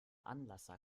anlasser